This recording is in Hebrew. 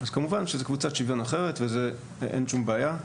אז כמובן שזה קבוצת שוויון אחרת ואין שום בעיה.